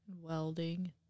Welding